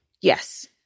Yes